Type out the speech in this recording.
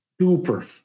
super